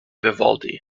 vivaldi